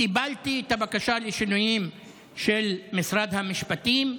קיבלתי את הבקשה של משרד המשפטים לשינויים.